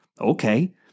Okay